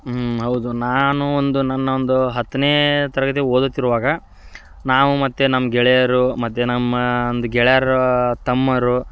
ಹ್ಞೂ ಹೌದು ನಾನು ಒಂದು ನನ್ನ ಒಂದು ಹತ್ತನೇ ತರಗತಿ ಓದುತ್ತಿರುವಾಗ ನಾವು ಮತ್ತು ನಮ್ಮ ಗೆಳೆಯರು ಮತ್ತು ನಮ್ಮ ಒಂದು ಗೆಳೆಯರ ತಮ್ಮಂದ್ರು